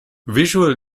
visual